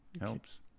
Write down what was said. Helps